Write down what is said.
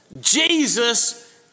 Jesus